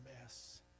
mess